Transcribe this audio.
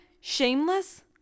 shameless